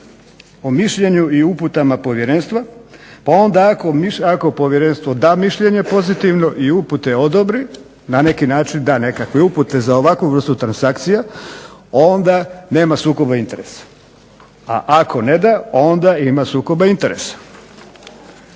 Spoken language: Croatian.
o mišljenju i uputama povjerenstva, pa onda ako povjerenstvo da mišljenje pozitivno i upute odobri. Na neki način da nekakve upute za ovakvu vrstu transakcija onda nema sukoba interesa, a ako ne da onda ima sukoba interesa.